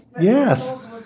Yes